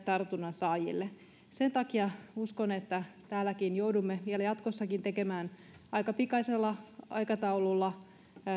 tartunnan saajiin sen takia uskon että täälläkin joudumme vielä jatkossakin tekemään aika pikaisella aikataululla